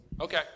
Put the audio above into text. Okay